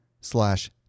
slash